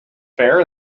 fair